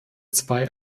zwei